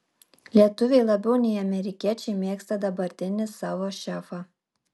lietuviai labiau nei amerikiečiai mėgsta dabartinį savo šefą